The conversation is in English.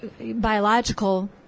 biological